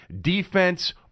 defense